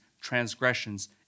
transgressions